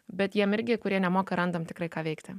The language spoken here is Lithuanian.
bet jiem irgi kurie nemoka randam tikrai ką veikti